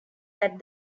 that